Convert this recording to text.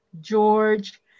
George